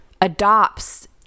adopts